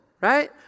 right